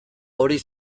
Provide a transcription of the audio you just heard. hori